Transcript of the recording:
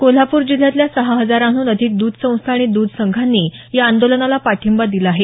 कोल्हापूर जिल्ह्यातल्या सहा हजारांहून अधिक द्ध संस्था आणि द्ध संघांनी या आंदोलनाला पाठिंबा दिला आहे